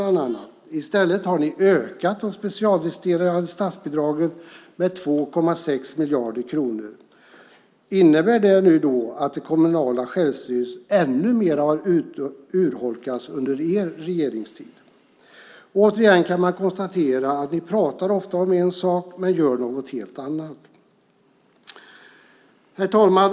Jo, i stället har ni ökat de specialdestinerade statsbidragen med 2,6 miljarder kronor. Innebär det nu då att det kommunala självstyret i ännu högre grad urholkas under er regeringstid? Återigen kan man konstatera att ni ofta pratar om en sak men gör något helt annat. Herr talman!